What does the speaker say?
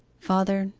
father,